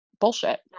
bullshit